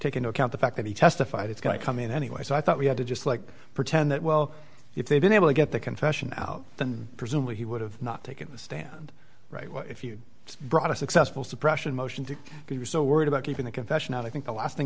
take into account the fact that he testified it's going to come in anyway so i thought we had to just like pretend that well if they'd been able to get the confession out then presumably he would have not taken the stand right where if you brought a successful suppression motion to be resold worried about keeping the confession out of think the last thing